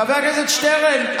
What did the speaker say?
חבר הכנסת שטרן,